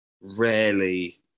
rarely